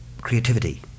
creativity